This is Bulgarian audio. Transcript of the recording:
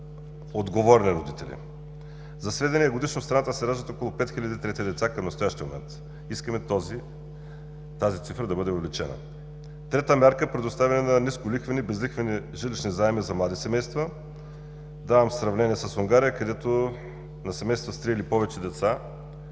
За сведение годишно в страната се раждат около 5 хиляди трети деца към настоящия момент. Искаме тази цифра да бъде увеличена! Трета мярка – предоставяне на нисколихвени, безлихвени жилищни заеми за млади семейства. Давам сравнение с Унгария, където на семейства с три или повече деца